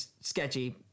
sketchy